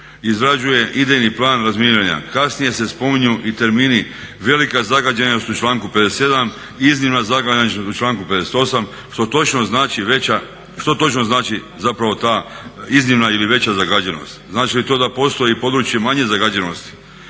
izrađuje idejni plan razminiranja. Kasnije se spominju i termini velika zagađenost u članku 57., iznimna zagađenost u članku 58. Što točno znači zapravo ta iznimna ili veća zagađenost? Znači li to da postoji područje manje zagađenosti